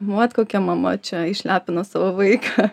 nu ot kokia mama čia išlepino savo vaiką